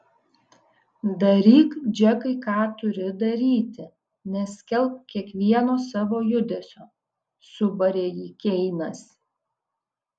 daryk džekai ką turi daryti neskelbk kiekvieno savo judesio subarė jį keinas